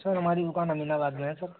sir हमारी दुकान अमीनाबाद में है सर